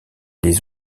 les